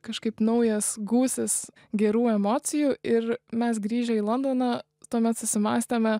kažkaip naujas gūsis gerų emocijų ir mes grįžę į londoną tuomet susimąstėme